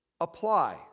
apply